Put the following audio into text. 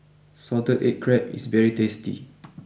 Salted Egg Crab is very tasty